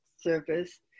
Service